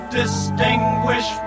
distinguish